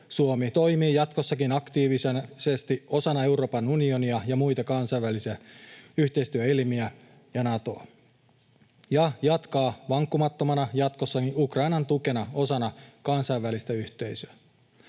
Suomi toimii jatkossakin aktiivisesti osana Euroopan unionia, muita kansainvälisiä yhteistyöelimiä ja Natoa sekä jatkaa jatkossakin vankkumattomasti Ukrainan tukena osana kansainvälistä yhteisöä.